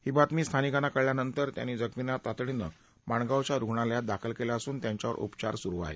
ही बातमी स्थानिकांना कळल्यानंतर त्यांनी जखमींना तातडीनं माणगावच्या रूग्णालयात दाखल केलं असून त्यांच्यावर उपचार सुरू आहेत